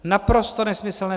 Naprosto nesmyslné!